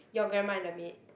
your grandma and the maid